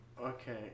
Okay